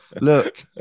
Look